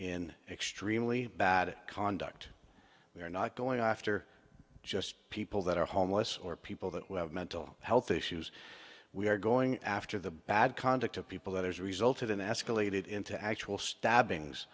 in extremely bad conduct they are not going after just people that are homeless or people that we have mental health issues we are going after the bad conduct of people that has resulted in escalated into actual stabbings